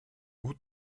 août